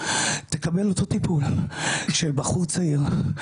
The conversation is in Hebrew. תקבל אותו טיפול של בחור צעיר,